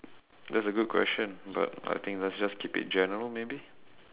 that's a good question but I think let's just keep it general maybe